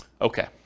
Okay